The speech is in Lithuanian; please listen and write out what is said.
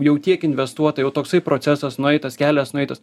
jau tiek investuota jau toksai procesas nueitas kelias nueitas